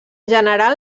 general